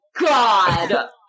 God